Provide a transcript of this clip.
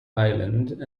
island